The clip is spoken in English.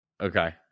Okay